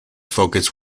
focus